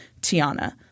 Tiana